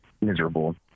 miserable